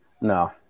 No